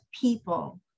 people